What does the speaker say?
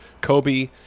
Kobe